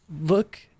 look